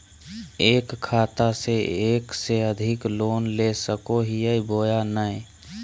एक खाता से एक से अधिक लोन ले सको हियय बोया नय?